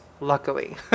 luckily